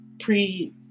pre